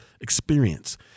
experience